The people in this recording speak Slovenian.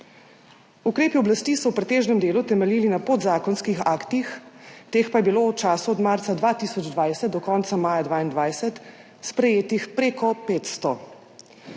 Ukrepi oblasti so v pretežnem delu temeljili na podzakonskih aktih, teh pa je bilo v času od marca 2020 do konca maja 2022 sprejetih prek 500.